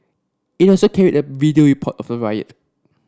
it also carried a video report of the riot